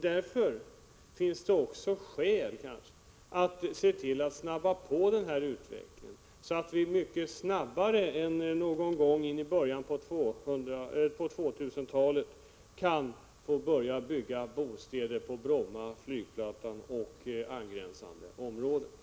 Därför finns det också skäl att påskynda utvecklingen så att vi tidigare än någon gång in på 2000-talet kan få börja bygga bostäder på Bromma flygplats och angränsande områden.